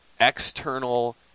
external